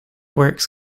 works